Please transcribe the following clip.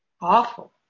awful